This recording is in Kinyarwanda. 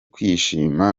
kwishima